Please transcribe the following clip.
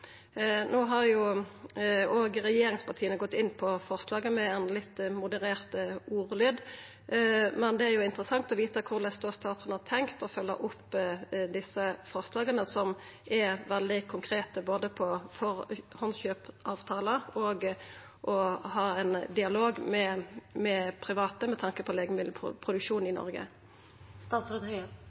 No har òg regjeringspartia gått inn på forslaget, med ein litt moderert ordlyd, men det er interessant å vita korleis statsråden har tenkt å følgja opp desse forslaga, som er veldig konkrete på både førehandskjøpsavtalar og det å ha ein dialog med private med tanke på legemiddelproduksjon i